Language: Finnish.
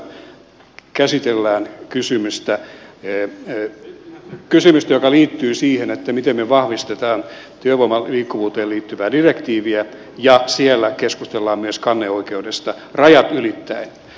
siellä käsitellään kysymystä joka liittyy siihen miten me vahvistamme työvoiman liikkuvuuteen liittyvää direktiiviä ja siellä keskustellaan myös kanneoikeudesta rajat ylittäen